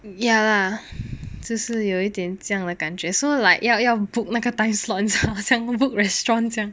ya lah 只是有一点这样的感觉 so like 要要 book 那个 time slots 好像 book restaurants 这样